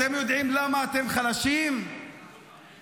את מייצגת נאמנה את הממשלה הזו.